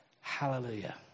Hallelujah